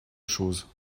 chose